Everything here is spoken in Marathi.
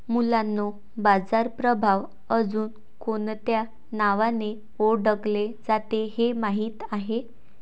मुलांनो बाजार प्रभाव अजुन कोणत्या नावाने ओढकले जाते हे माहित आहे?